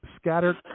scattered